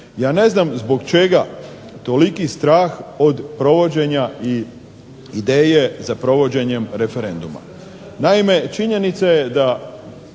Ja ne znam zbog čega toliki strah od provođenja i ideje za provođenjem referenduma. Naime, činjenica je od